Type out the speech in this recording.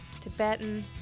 Tibetan